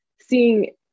seeing